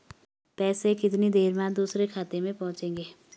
पैसे कितनी देर बाद दूसरे खाते में पहुंचेंगे?